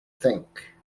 think